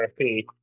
RFP